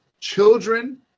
children